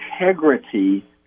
integrity